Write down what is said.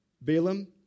Balaam